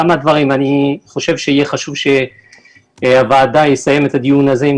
אני חושב שיהיה חשוב שהוועדה תסיים את הדיון הזה עם